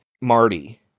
Marty